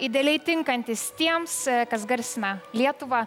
idealiai tinkantis tiems kas garsina lietuvą